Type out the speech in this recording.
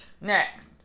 Next